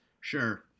Sure